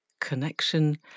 connection